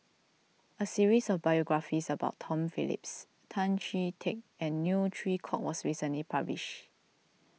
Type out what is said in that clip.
a series of biographies about Tom Phillips Tan Chee Teck and Neo Chwee Kok was recently published